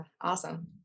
awesome